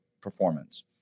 performance –